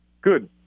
Good